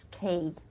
key